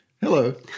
Hello